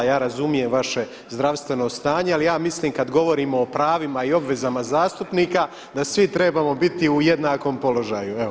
Ja razumijem vaše zdravstveno stanje, ali ja mislim kada govorimo o pravima i obvezama zastupnika da svi trebamo biti u jednakom položaju.